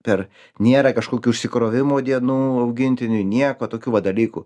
per nėra kažkokių išsikrovimo dienų augintiniui nieko tokių va dalykų